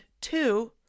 two